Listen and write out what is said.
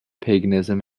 paganism